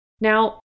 Now